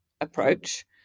approach